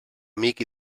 amic